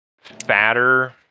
fatter